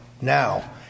now